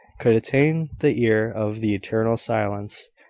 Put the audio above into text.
could attain the ear of the eternal silence,